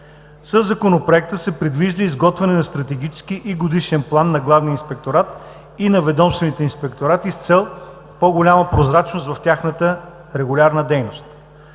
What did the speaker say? Със Законопроекта се предвижда изготвяне на стратегически и годишен план на Главния инспекторат и на ведомствените инспекторати с цел по-голяма прозрачност в тяхната дейност.